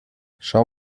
schau